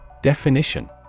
Definition